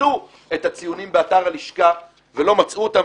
שחיפשו את הציונים באתר הלשכה ולא מצאו אותם.